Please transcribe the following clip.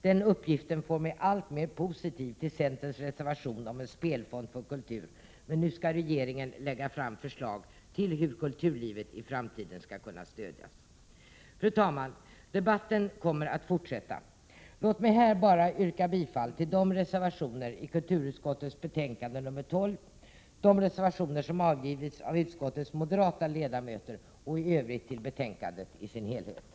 Den uppgiften gör mig allt positivare till centerns reservation till förmån för en spelfond för kultur, men nu är det regeringen som skall framlägga förslag till hur kulturlivet i framtiden skall stödjas. Fru talman! Debatten kommer att fortsätta. Låt mig bara här få yrka bifall till de reservationer i kulturutskottets betänkande nr 12 som avgivits av utskottets moderata ledamöter och i övrigt till utskottets hemställan.